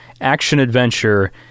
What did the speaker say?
Action-Adventure